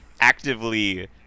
actively